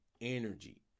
energy